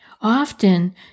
Often